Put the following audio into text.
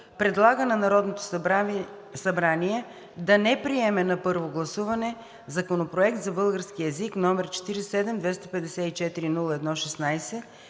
предлага на Народното събрание да не приеме на първо гласуване Законопроект за българския език, № 47-254-01-16,